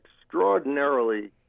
extraordinarily